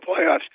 playoffs